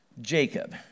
Jacob